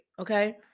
Okay